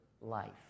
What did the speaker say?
life